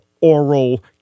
oral